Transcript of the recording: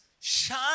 shine